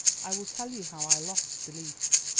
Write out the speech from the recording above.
i will tell you how i lost belief.